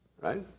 Right